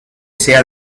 sea